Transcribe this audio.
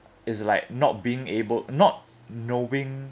it's like not being able not knowing